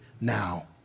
now